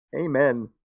Amen